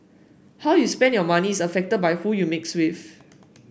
how you spend your money is affected by who you mix with